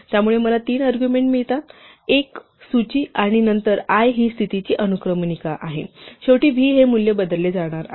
त्यामुळे मला तीन अर्ग्युमेण्ट मिळतात l एक सूची आहे आणि नंतर i ही स्थितीची अनुक्रमणिका आहे आणि शेवटी v हे मूल्य बदलले जाणार आहे